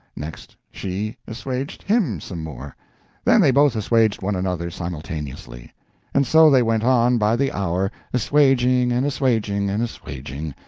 next she assuaged him some more then they both assuaged one another simultaneously and so they went on by the hour assuaging and assuaging and assuaging,